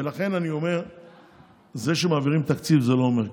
לכן אני אומר שזה שמעבירים תקציב זה לא אומר כלום.